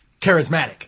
charismatic